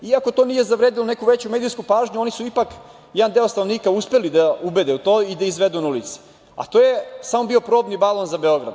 Iako to nije zavredelo neku veću medijsku pažnju, oni su ipak jedan deo stanovnika uspeli da ubede u to i da izvedu na ulice, a to je samo bio probni balon za Beograd.